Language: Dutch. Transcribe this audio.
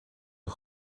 een